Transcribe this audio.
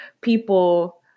people